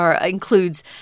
includes